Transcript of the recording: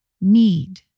need